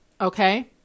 Okay